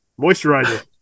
Moisturizer